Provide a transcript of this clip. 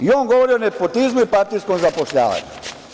I, on govori o nepotizmu i partijskom zapošljavanju.